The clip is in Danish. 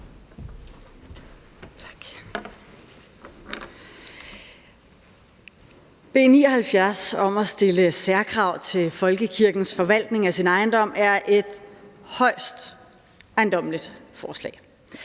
B 79 om at stille særkrav til folkekirkens forvaltning af sin ejendom er et højst ejendommeligt forslag.